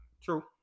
True